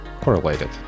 correlated